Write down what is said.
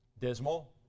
Dismal